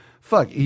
fuck